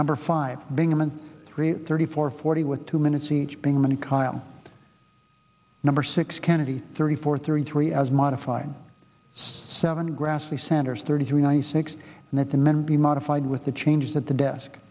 number five bingaman three thirty four forty with two minutes each being many kyl number six kennedy thirty four thirty three as modified seven grassley sanders thirty three ninety six and that the men be modified with the change that the desk